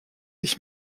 ich